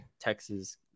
Texas